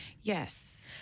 Yes